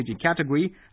category